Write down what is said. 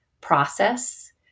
process